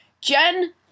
Jen